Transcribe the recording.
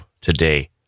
today